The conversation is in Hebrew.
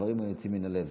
דברים היוצאים מן הלב.